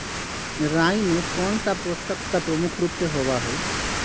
राई में कौन सा पौषक तत्व मुख्य रुप से होबा हई?